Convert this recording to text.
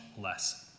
less